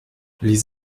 les